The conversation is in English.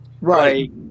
Right